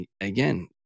again